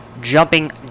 jumping